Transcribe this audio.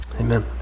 Amen